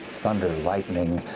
thunder, lightning,